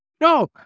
No